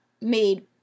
made